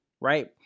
right